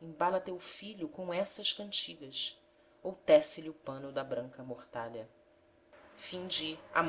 embala teu filho com essas cantigas ou tece lhe o pano da branca mortalha a